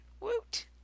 Woot